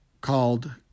called